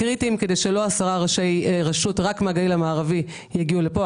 קריטיים כדי שלא 11 ראשי רשויות רק מהגליל המערבי יגיעו לפה,